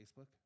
Facebook